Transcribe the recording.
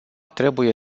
trebuie